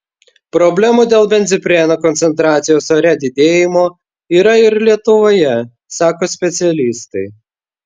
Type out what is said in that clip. problemų dėl benzpireno koncentracijos ore didėjimo yra ir lietuvoje sako specialistai